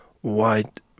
white